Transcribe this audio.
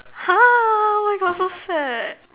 !huh! oh my God so sad